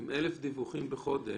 לא יחולו פטורים והקלות,